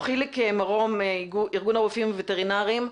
חיליק מרום מאיגוד הרופאים הוטרינריים,